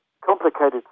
complicated